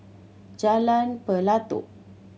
Jalan Pelatok